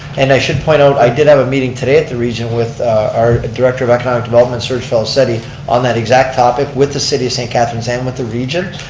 and i should point out, i did have a meeting today at the region with our director of economic development, serge felicetti on that exact topic with the city of saint catharines and with the region,